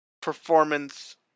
performance